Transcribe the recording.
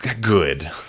Good